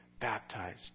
baptized